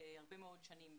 מאוד שנים.